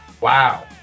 wow